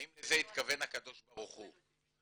האם לזה התכוון הקדוש ברוך הוא.